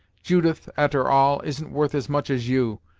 judith, a'ter all, isn't worth as much as you,